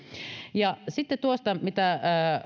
sitten tuosta mitä